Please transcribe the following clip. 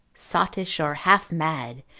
sottish, or half-mad,